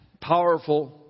powerful